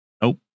Nope